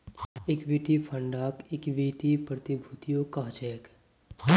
equity फंडक equity प्रतिभूतियो कह छेक